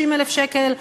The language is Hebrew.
30,000 שקל,